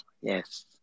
yes